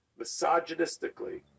misogynistically